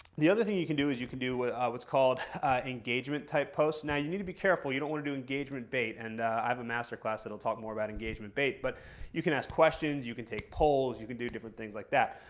the other thing you can do is you can do what's called engagement type posts. now you need to be careful, you don't want to do engagement bait. and i have a master class that'll talk more about engagement bait, but you can ask questions, you can take polls, you can do different things like that.